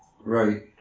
Right